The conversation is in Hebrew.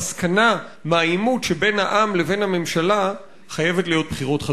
המסקנה מהעימות שבין העם לבין הממשלה חייבת להיות בחירות חדשות.